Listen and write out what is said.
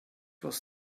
was